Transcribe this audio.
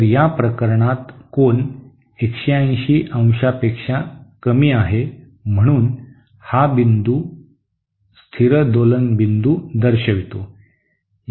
तर या प्रकरणात कोन 180 अंशापेक्षा कमी आहे म्हणून हा बिंदू स्थिर दोलन बिंदू दर्शवितो